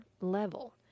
level